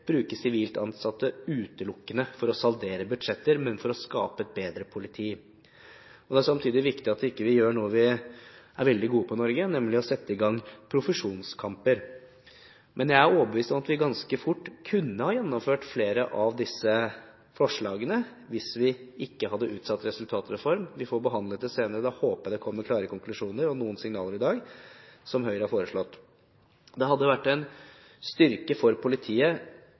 bruke sivilt ansatte utelukkende for å saldere budsjetter, men for å skape et bedre politi. Det er samtidig viktig at vi ikke gjør noe vi er veldig gode på i Norge, nemlig å sette i gang profesjonskamper. Men jeg er overbevist om at vi ganske fort kunne ha gjennomført flere av disse forslagene, hvis vi ikke hadde utsatt resultatreformen. Vi får behandlet det senere, og da håper jeg det kommer klare konklusjoner og noen signaler, som Høyre har foreslått. Det hadde vært en styrke for politiet